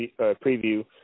preview